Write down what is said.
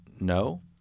No